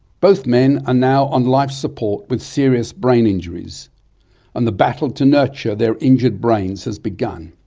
both men are now on life support with serious brain injuries and the battle to nurture their injured brains has begun.